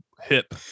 hip